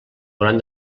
hauran